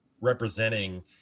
representing